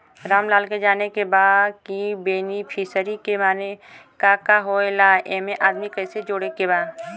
रामलाल के जाने के बा की बेनिफिसरी के माने का का होए ला एमे आदमी कैसे जोड़े के बा?